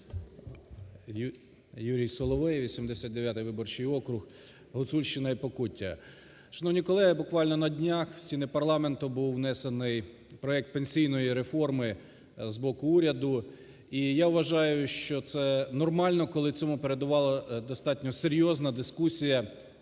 Юрій Соловей, 89 виборчий округ, Гуцульщина і Покуття. Шановні колеги, буквально на днях в стіни парламенту був внесений проект пенсійної реформи з боку уряду, і я вважаю, що це нормально, коли цьому передувала достатньо серйозна дискусія